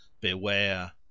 beware